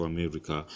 America